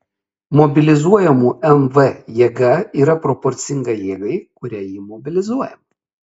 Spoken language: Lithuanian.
mobilizuojamų mv jėga yra proporcinga jėgai kuria ji mobilizuojama